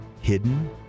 hidden